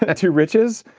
and to riches,